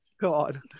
God